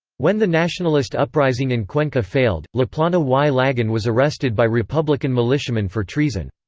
when the nationalist uprising in cuenca failed, laplana y lagun was arrested by republican militiamen for treason.